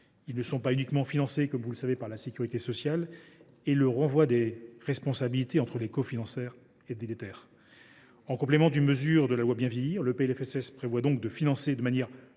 Ils ne sont pas uniquement financés, comme vous le savez, par la sécurité sociale. Or le renvoi de responsabilités entre cofinanceurs est délétère. En complément d’une mesure de la loi Bien Vieillir, le PLFSS prévoit ainsi de financer de manière